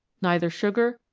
neither sugar,